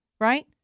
Right